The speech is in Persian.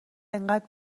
انقدر